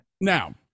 Now